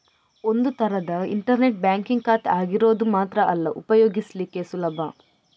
ಒಂದು ತರದ internet banking ಖಾತೆ ಆಗಿರೋದು ಮಾತ್ರ ಅಲ್ಲ ಉಪಯೋಗಿಸ್ಲಿಕ್ಕೆ ಸುಲಭ